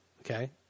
Okay